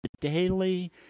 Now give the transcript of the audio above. daily